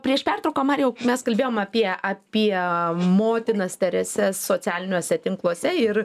prieš pertrauką marijau mes kalbėjom apie apie motinas tereses socialiniuose tinkluose ir